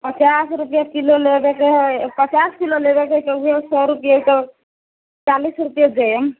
पचास रुपैआ किलो लेबयके है पचास किलो लेबयके है तऽ वएह सए रुपैआ तऽ चालीस रुपैआ देब